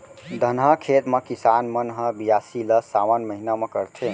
धनहा खेत म किसान मन ह बियासी ल सावन महिना म करथे